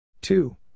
two